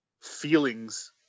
feelings